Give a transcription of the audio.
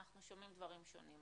אנחנו שומעים דברים שונים.